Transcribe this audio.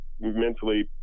mentally